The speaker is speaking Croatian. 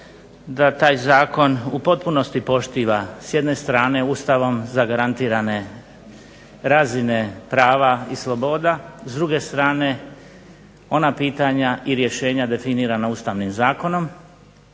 da taj zakon u potpunosti poštiva s jedne strane Ustavom zagarantirane razine prava i sloboda, s druge strane ona pitanja i rješenja definirana Ustavnim zakonom,